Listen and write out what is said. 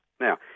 Now